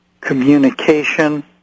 communication